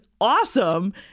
awesome